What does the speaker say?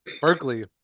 Berkeley